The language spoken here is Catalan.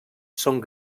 són